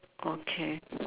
okay